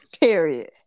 period